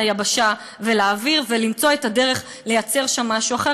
ליבשה ולאוויר ולמצוא את הדרך לייצר שם משהו אחר.